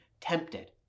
tempted